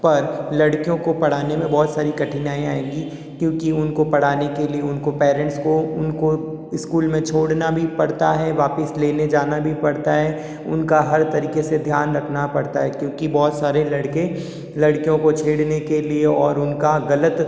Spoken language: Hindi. पर लड़कियों को पढ़ाने में बहुत सारी कठिनाई आएंगी क्योंकि उनको पढ़ाने के लिए उनको पेरेंट्स को उनको स्कूल में छोड़ना भी पड़ता है वापस लेने जाना भी पड़ता है उनका हर तरीके से ध्यान रखना पड़ता है क्योंकि बहुत सारे लड़के लड़कियों को छेड़ने के लिए और उनका गलत